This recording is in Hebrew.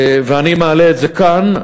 ואני מעלה את זה כאן.